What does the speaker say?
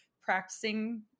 practicing